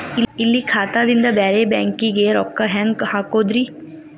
ಇಲ್ಲಿ ಖಾತಾದಿಂದ ಬೇರೆ ಬ್ಯಾಂಕಿಗೆ ರೊಕ್ಕ ಹೆಂಗ್ ಹಾಕೋದ್ರಿ?